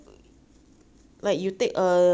let's say like a fork and a spoon right